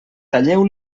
talleu